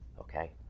Okay